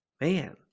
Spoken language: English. man